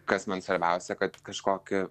kas man svarbiausia kad kažkokį